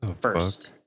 first